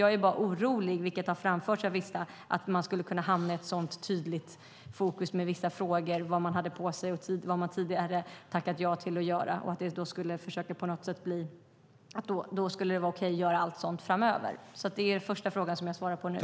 Jag är bara orolig - och denna oro har också framförts av flera - för att vi skulle kunna hamna i ett tydligt fokus på vissa frågor som vad man hade på sig och vad man tidigare hade tackat ja till att göra. Då skulle det på något sätt vara okej att göra allt sådant framöver. Det som jag svarade på nu var alltså den första frågan.